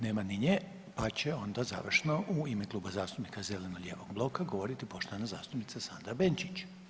Nema ni nje, pa će onda završno u ime Kluba zastupnika zeleno-lijevog bloka govoriti poštovana zastupnica Sandra Benčić.